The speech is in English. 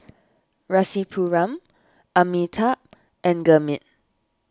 Rasipuram Amitabh and Gurmeet